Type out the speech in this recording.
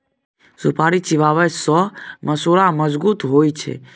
सुपारी चिबाबै सँ मसुरा मजगुत होइ छै